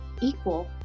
equal